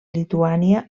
lituània